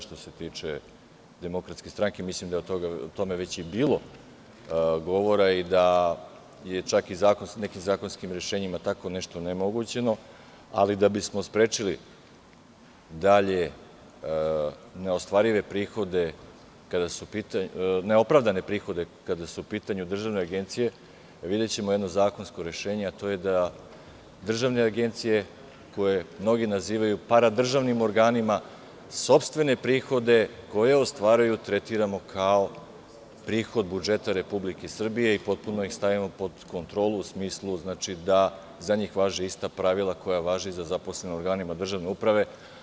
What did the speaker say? Što se tiče DS, mislim da je o tome već bilo govora i da je nekim zakonskim rešenjima tako nešto onemogućeno, ali da bismo sprečili dalje neopravdane prihode kada su u pitanju državne agencije videćemo jedno zakonsko rešenje, a to je da državne agencije, koje mnogi nazivaju paradržavnim organima, sopstvene prihode koje ostvaruju tretiramo kao prihod budžeta Republike Srbije i potpuno ih stavimo pod kontrolu u smislu da za njih važe ista pravila koja važe i za zaposlene u organima državne uprave.